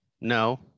no